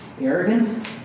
arrogant